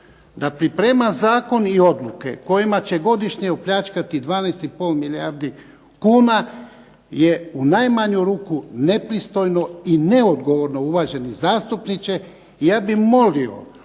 da priprema zakon i odluke kojima će godišnje opljačkati 12 i pol milijardi kuna je u najmanju kunu nepristojno i neodgovorno uvaženi zastupniče. Ja bih molio